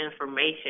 information